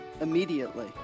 immediately